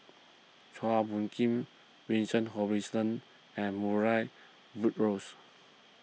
Chua Phung Kim Vincent Hoisington and Murray Buttrose